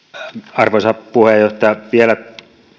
arvoisa puheenjohtaja vielä